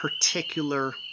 particular